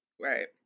Right